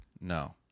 no